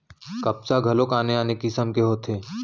कपसा घलोक आने आने किसिम के होथे